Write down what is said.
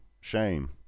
shame